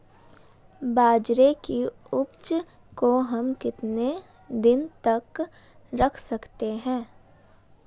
बाजरे की उपज को हम कितने दिनों तक रख सकते हैं?